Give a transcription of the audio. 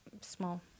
small